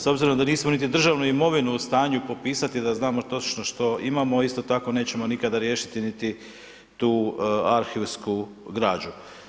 S obzirom da nismo niti državnu imovinu u stanju popisati da znamo točno što imamo, isto tako nećemo nikada riješiti niti tu arhivsku građu.